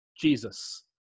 Jesus